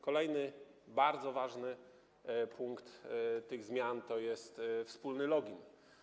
Kolejny bardzo ważny punkt tych zmian to jest wspólny login.